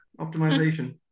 optimization